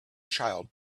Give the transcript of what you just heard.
child